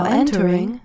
entering